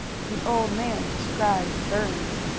the old man described burns,